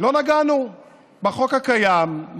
לא נגענו בחוק הקיים.